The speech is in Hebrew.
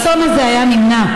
האסון הזה היה נמנע.